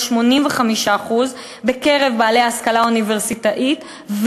85% בקרב בעלי ההשכלה האוניברסיטאית,